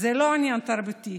זה לא עניין תרבותי,